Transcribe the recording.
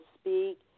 speak